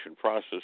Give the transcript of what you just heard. process